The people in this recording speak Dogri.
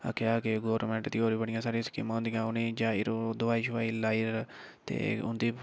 आखेआ कि गोरमेंट दी होर बी बड़ियां सारियां स्कीमां होंदियां उनें जाई र च दवाई शवाई लाई ते उं'दी